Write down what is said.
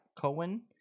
Cohen